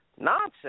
nonsense